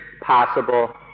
possible